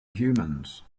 humans